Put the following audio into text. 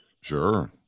Sure